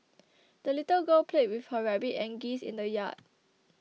the little girl played with her rabbit and geese in the yard